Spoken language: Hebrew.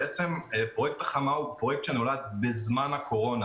פרויקט החממה נולד בזמן הקורונה.